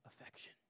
affection